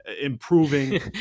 improving